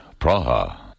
Praha